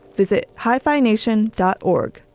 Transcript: visit hyphenation dot org.